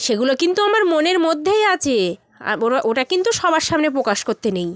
সেগুলো কিন্তু আমার মনের মধ্যেই আছে ওটা কিন্তু সবার সামনে প্রকাশ করতে নেই